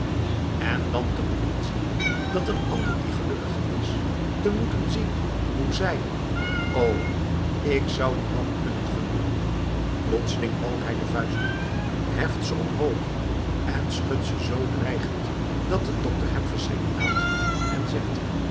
en dan te moeten zien dat een ander die gelukkige is te moeten zien hoe zij o ik zou dien man kunnen vernielen plotseling balt hij de vuisten heft ze omhoog en schudt ze zoo dreigend dat de dokter hem verschrikt aanziet en zegt